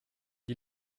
die